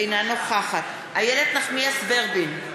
אינה איילת נחמיאס ורבין,